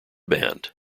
band